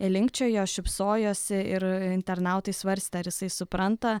linkčiojo šypsojosi ir internautai svarstė ar jisai supranta